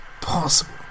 possible